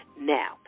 Now